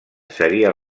seria